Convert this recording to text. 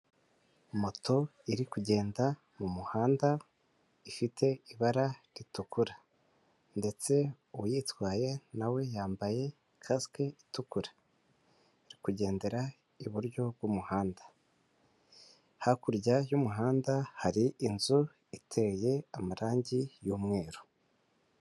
Moto iri kugenda mu muhanda ifite ibara ritukura ndetse uyitwaye na yambaye kasike itukura, iri kugendera iburyo bw'umuhanda, hakurya y'umuhanda hari inzu iteye amarangi y'umweru.